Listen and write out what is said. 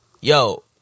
yo